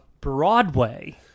Broadway